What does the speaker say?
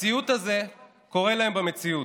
הסיוט הזה קורה להם במציאות.